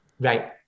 Right